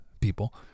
people